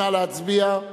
נא להצביע.